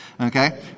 Okay